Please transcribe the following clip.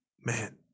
man